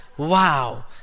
Wow